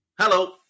Hello